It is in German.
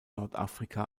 nordafrika